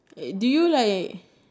how about mascara